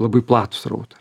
labai platų srautą